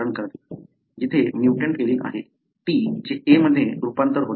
जिथे mutant allele आहे T चे A मध्ये रूपांतर होते